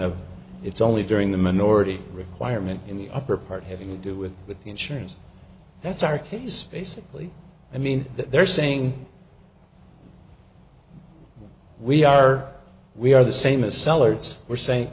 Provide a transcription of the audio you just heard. of it's only during the minority requirement in the upper part having to do with the insurance that's our case basically i mean that they're saying we are we are the same as sellers we're saying